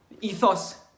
Ethos